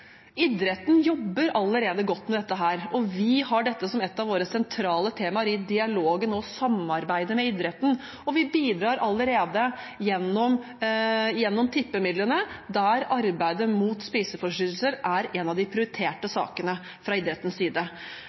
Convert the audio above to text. Idretten jobber allerede godt med dette. Vi har dette som et av våre sentrale temaer i dialogen og samarbeidet med idretten, og vi bidrar allerede gjennom tippemidlene, der arbeidet mot spiseforstyrrelser er en av de prioriterte sakene fra idrettens side.